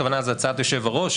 הכוונה זה הצעת יושב הראש,